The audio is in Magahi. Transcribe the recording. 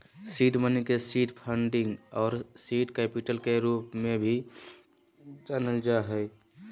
सीड मनी के सीड फंडिंग आर सीड कैपिटल के रूप में भी जानल जा हइ